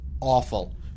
awful